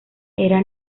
era